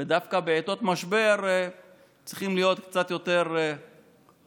ודווקא בעיתות משבר צריכים להיות עם קצת יותר אחריות,